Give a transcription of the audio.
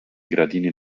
gradini